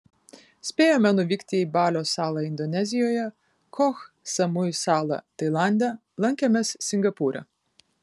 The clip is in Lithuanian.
spėjome nuvykti į balio salą indonezijoje koh samui salą tailande lankėmės singapūre